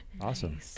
Awesome